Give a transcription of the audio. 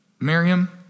Miriam